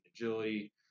agility